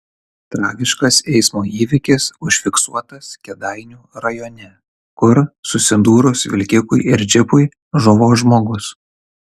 tragiškas eismo įvykis užfiksuotas kėdainių rajone kur susidūrus vilkikui ir džipui žuvo žmogus